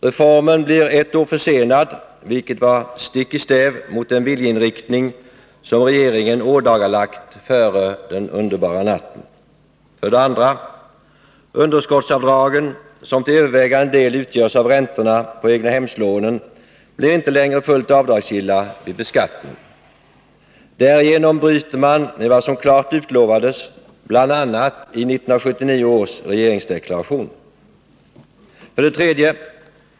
Reformen blir ett år försenad, vilket går stick i stäv mot den viljeinriktning som regeringen ådagalagt före ”den underbara natten”. 2. Underskottsavdragen, som till övervägande del utgörs av räntorna på egnahemslånen, blir inte längre fullt avdragsgilla vid beskattning. Därigenom bryter man med vad som klart utlovades i bl.a. 1979 års regeringsdeklaration. 3.